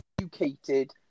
educated